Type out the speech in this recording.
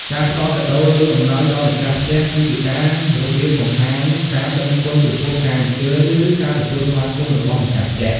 កាផ្តល់កាដូរ ឬអំណោយដល់ម្ចាស់ផ្ទះ គឺជាការរបៀបបង្ហាញការដឹងគុណចំពោះការអញ្ជើញឬការទទួលស្វាគមន៏របស់ម្ចាស់ផ្ទះ។